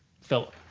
Philip